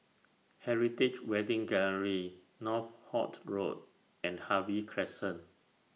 Heritage Wedding Gallery Northolt Road and Harvey Crescent